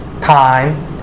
time